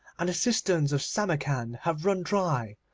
and the cisterns of samarcand have run dry.